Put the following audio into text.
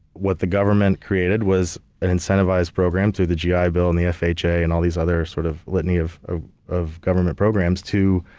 what the government created was an incentivized program through the gi ah bill and the fha and all these other sort of litany of ah of government programs to